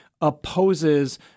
opposes